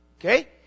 okay